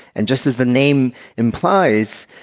and just as the name implies,